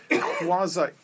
quasi